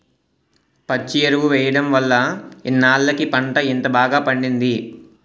పచ్చి ఎరువు ఎయ్యడం వల్లే ఇన్నాల్లకి పంట ఇంత బాగా పండింది